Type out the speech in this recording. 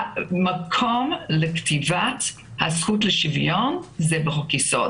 המקום לכתיבת עקרון השוויון הוא בתוך חוק-יסוד